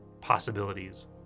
possibilities